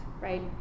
Right